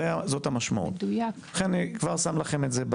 זאת המשמעות, ולכן אני כבר שם לכם את זה.